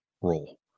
role